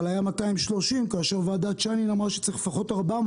אבל היה 230 כאשר ועדת שיינין אמרה שצריך לפחות 400,